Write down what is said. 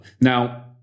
Now